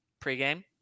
pregame